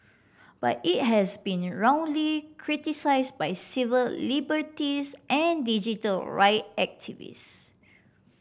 but it has been roundly criticised by civil liberties and digital right activist